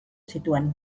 zituen